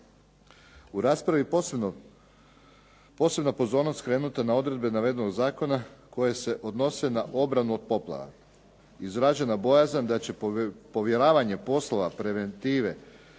U raspravi posebna je pozornost skrenuta na odredbe navedenog zakona koje se odnose na obranu od poplava. Izražena je bojazan da će povjeravanje poslova preventive